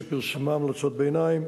שפרסמה המלצות ביניים